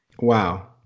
Wow